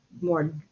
more